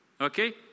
Okay